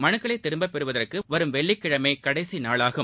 மனுக்களை திரும்ப பெறுவதற்கு வரும் வெள்ளிக்கிழமை கடைசி நாளாகும்